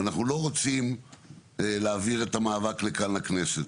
אנחנו לא רוצים להעביר את המאבק לכאן לכנסת.